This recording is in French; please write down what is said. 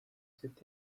cet